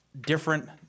different